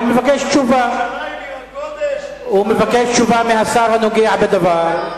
הוא מבקש תשובה מהשר הנוגע בדבר.